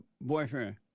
boyfriend